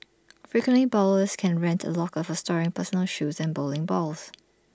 frequent bowlers can rent A locker for storing personal shoes and bowling balls